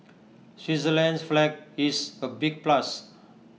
Switzerland's flag is A big plus